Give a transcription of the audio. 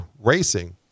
racing